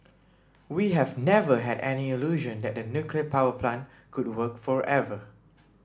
we have never had any illusion that the nuclear power plant could work forever